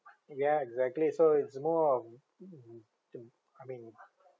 ya exactly so it's more of um I mean